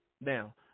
Now